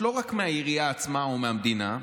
לא רק מהעירייה עצמה או מהמדינה,